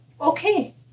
okay